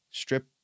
strip